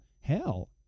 hell